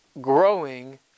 growing